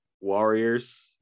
Warriors